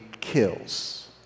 kills